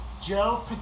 Joe